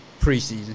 Preseason